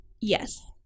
Yes